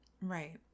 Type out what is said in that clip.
Right